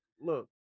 look